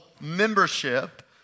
membership